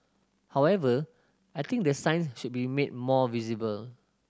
however I think the signs should be made more visible